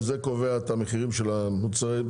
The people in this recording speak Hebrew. וזה קובע את המחירים של המוצרים.